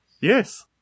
Yes